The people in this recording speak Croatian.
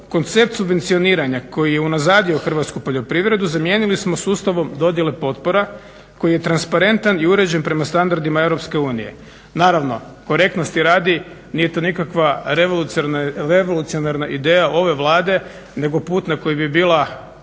koncept subvencioniranja koji je unazadio hrvatsku poljoprivredu zamijenili smo sustavom dodjele potpora koji je transparentan i uređen prema standardima EU. Naravno, korektnosti radi nije to nikakva revolucionarna ideja ove Vlade nego put na koji bi bila